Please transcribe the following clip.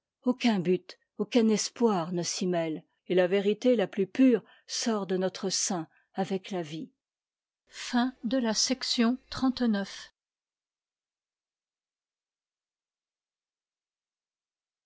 aucun but aucun espoir ne s'y mêle et la vérité la plus pure sort de notre sein avec la vie